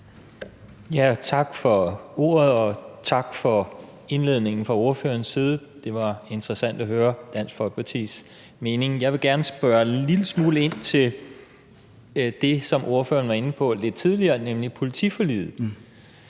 Tak for ordet, og tak for indledningen fra ordførerens side. Det var interessant at høre Dansk Folkepartis mening. Jeg vil gerne spørge en lille smule ind til det, som ordføreren var inde på lidt tidligere, nemlig politiforliget.